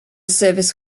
service